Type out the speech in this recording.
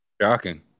Shocking